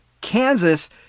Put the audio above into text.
Kansas